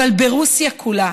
אבל ברוסיה כולה,